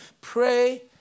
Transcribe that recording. pray